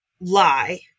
lie